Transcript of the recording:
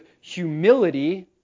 humility